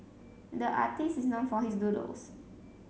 the artist is known for his doodles